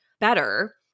better